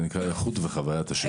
זה נקרא איכות וחווית השירות.